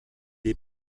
est